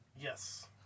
Yes